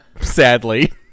Sadly